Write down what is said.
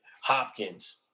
Hopkins